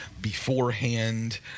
beforehand